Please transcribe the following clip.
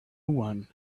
one